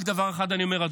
רק דבר אחד אני אומר,